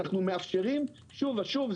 אנחנו מאפשרים שוב ושוב,